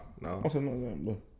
No